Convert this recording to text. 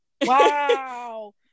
Wow